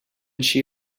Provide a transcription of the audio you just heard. she